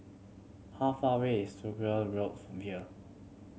how far away is Road from here